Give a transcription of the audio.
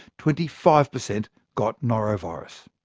twenty five percent got norovirus.